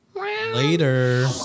later